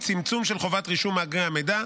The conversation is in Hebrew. צמצום של חובת רישום מאגרי המידע,